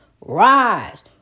Rise